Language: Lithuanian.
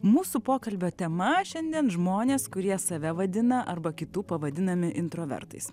mūsų pokalbio tema šiandien žmonės kurie save vadina arba kitų pavadinami introvertais